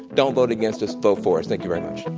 don't vote against us, vote for us. thank you very much.